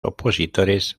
opositores